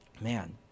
man